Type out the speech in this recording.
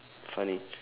funny